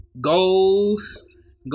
goals